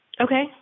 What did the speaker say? Okay